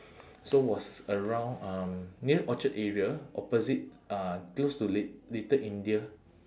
so was around um near orchard area opposite uh close to lit~ little india